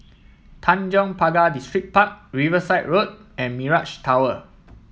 Tanjong Pagar Distripark Riverside Road and Mirage Tower